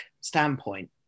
standpoint